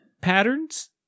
Patterns